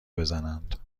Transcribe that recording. بزنند